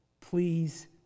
please